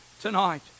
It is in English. tonight